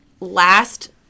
last